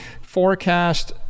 forecast